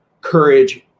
Courage